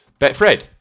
Betfred